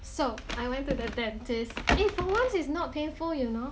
so I went to the dentist eh for once it's not painful you know